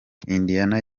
indiana